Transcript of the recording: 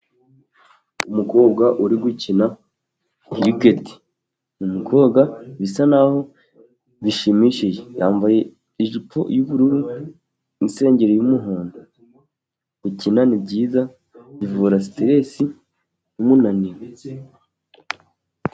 Umukobwa uri gukina tenisi, umukobwa bisa naho bishimishije, yambaye ijipo y'ubururu n'isengere y'umuhondo, gukina ni byiza bivura siteresi n'umunaniro.